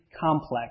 complex